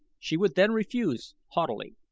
she would then refuse, haughtily.